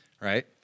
right